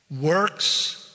Works